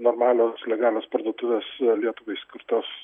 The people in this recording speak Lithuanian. normalioms legalios parduotuvės lietuvai skirtos